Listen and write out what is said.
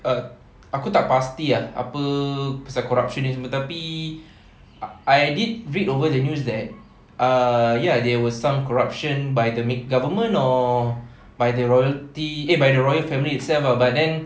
uh aku tak pasti ah apa pasal corruption ni semua tapi I did read over the news that uh ya there were some corruptions by the make government or by the royalty by the royal families itself ah but then